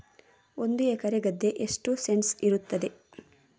ಒಂದು ಎಕರೆ ಗದ್ದೆ ಎಷ್ಟು ಸೆಂಟ್ಸ್ ಇರುತ್ತದೆ?